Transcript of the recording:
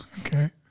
Okay